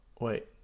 wait